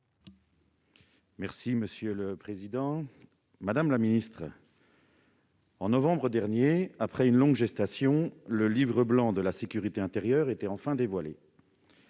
M. le ministre de l'intérieur. Madame la ministre, en novembre dernier, après une longue gestation, le Livre blanc de la sécurité intérieure était enfin dévoilé.